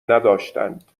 نداشتند